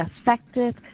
effective